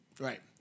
right